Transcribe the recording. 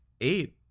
eight